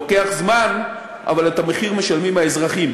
לוקח זמן אבל את המחיר משלמים האזרחים,